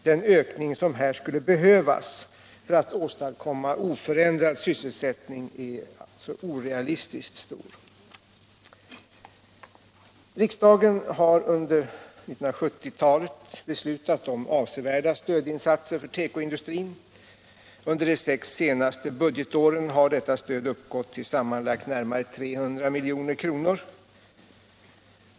Den ökning som här skulle behövas för att åstadkomma oförändrad sysselsättning är alltså orealistiskt stor. Riksdagen har under 1970-talet beslutat om avsevärda stödinsatser för tekoindustrin. Under de sex senaste budgetåren har detta stöd uppgått till sammanlagt närmare 300 milj.kr.